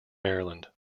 maryland